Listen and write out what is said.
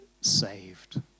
saved